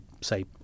say